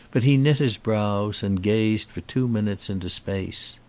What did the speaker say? but he knit his brows and gazed for two minutes into space.